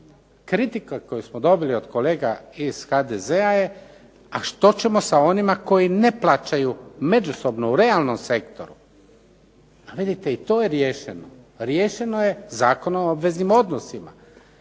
Kritike koju smo dobili od kolega iz HDZ-a je a što ćemo sa onima koji ne plaćaju međusobno u realnom sektoru. Pa vidite i to je riješeno. Riješeno je Zakonom o obveznim odnosima.